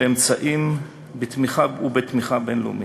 באמצעים ובתמיכה בין-לאומית,